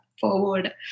forward